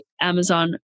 Amazon